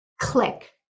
Click